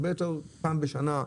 פעם בשנה,